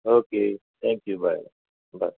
okay thank you bye bye